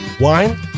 wine